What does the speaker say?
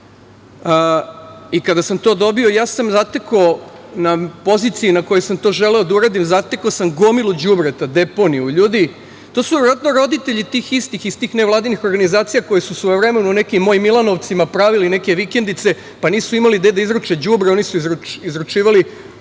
i kada sam to dobio ja sam zatekao na poziciji na kojoj sam to želeo da uradim, zatekao sam gomilu đubreta, deponiju. Ljudi, to su verovatno roditelji tih istih iz tih nevladinih organizacija koje su svojevremeno u nekim mojim Milanovcima pravili neke vikendice, pa nisu imali gde da izruče đubre, oni su izručivali